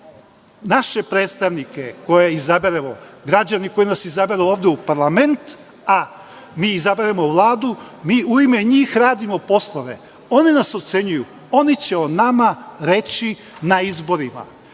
izaberemo, građani koji nas izaberu ovde u parlament, a mi izaberemo Vladu, mi u ime njih radimo poslove. Oni nas ocenjuju. Oni će o nama reći na izborima. Ja